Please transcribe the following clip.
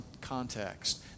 context